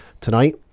tonight